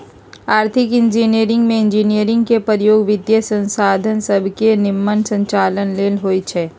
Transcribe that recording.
आर्थिक इंजीनियरिंग में इंजीनियरिंग के प्रयोग वित्तीयसंसाधन सभके के निम्मन संचालन लेल होइ छै